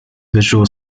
visual